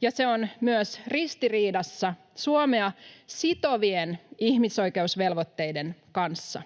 ja se on myös ristiriidassa Suomea sitovien ihmisoikeusvelvoitteiden kanssa.